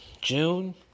June